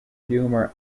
humour